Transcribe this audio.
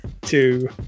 two